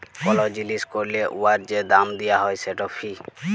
call জিলিস ক্যরলে উয়ার যে দাম দিয়া হ্যয় সেট ফি